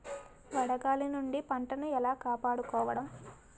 వడగాలి నుండి పంటను ఏలా కాపాడుకోవడం?